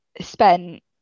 spent